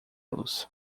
los